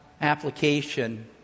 application